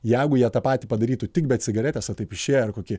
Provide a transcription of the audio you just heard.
jeigu jie tą patį padarytų tik be cigaretės va taip išėję ir kokį